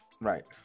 right